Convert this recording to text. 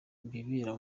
bibera